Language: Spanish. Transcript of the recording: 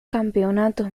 campeonatos